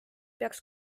peaks